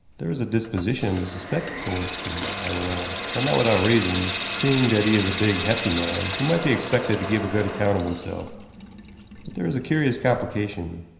there is a disposition to suspect coulsdon, i went on and not without reason, seeing that he is a big, hefty man, who might be expected to give a good account of himself. but there is a curious complication.